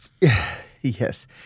Yes